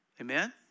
Amen